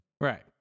Right